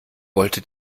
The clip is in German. wollte